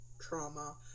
trauma